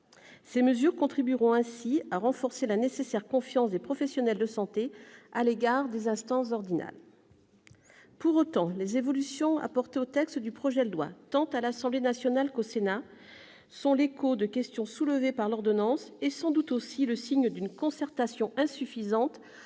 Ces mesures contribueront à renforcer la nécessaire confiance des professionnels de santé à l'égard des instances ordinales. Pour autant, les évolutions apportées au texte du projet de loi, tant à l'Assemblée nationale qu'au Sénat, sont l'écho de questions soulevées par l'ordonnance et, sans doute, aussi, le signe d'une concertation insuffisante